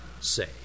say